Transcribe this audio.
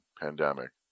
pandemic